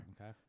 Okay